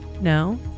No